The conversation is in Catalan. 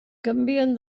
canvien